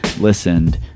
listened